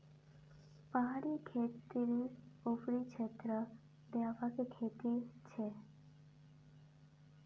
पहाड़ी खेती ऊपरी क्षेत्रत व्यापक खेती छे